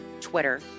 Twitter